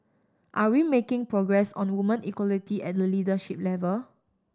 are we making progress on women equality at the leadership level